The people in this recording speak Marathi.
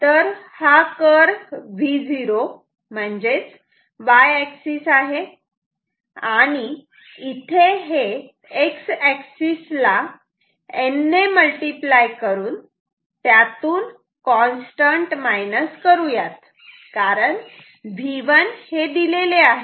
तर हा कर्व Vo म्हणजेच y एक्सिस आहे आणि इथे हे X एक्सिस ला N ने मल्टिप्लाय करून त्यातून कॉन्स्टंट मायनस करूयात कारण V1 हे दिलेले आहे